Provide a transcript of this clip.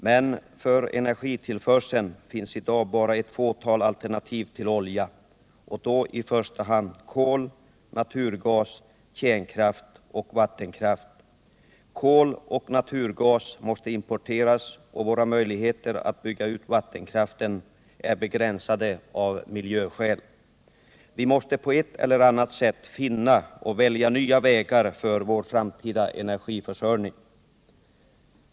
Men för energitillförseln finns i dag bara ett fåtal alternativ till olja, och då i första hand kol, naturgas, kärnkraft och vattenkraft. Kol och naturgas måste importeras, och våra möjligheter att bygga ut vattenkraften är begränsade av miljöskäl. Vi måste på ett eller annat sätt finna och välja nya vägar för vår framtida energiförsörjning.